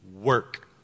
work